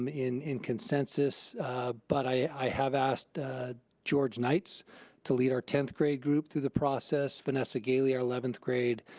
um in in consensus but i have asked george knights to lead our tenth grade group through the process, vanessa galey, our eleventh grade,